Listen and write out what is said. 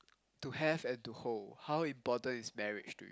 to have and to hold how important is marriage to you